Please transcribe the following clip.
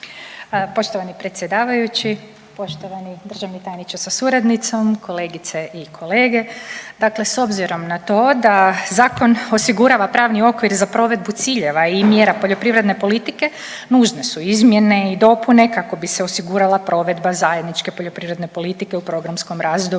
Poštovani predsjedavajući, poštovani državni tajniče sa suradnicom, kolegice i kolege. Dakle s obzirom na to da zakon osigurava pravni okvir za provedbu ciljeva i mjera poljoprivredne politiku nužne su izmjene i dopune kako bi se osigurala provedba zajedničke poljoprivredne politike u programskom razdoblju